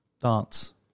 Dance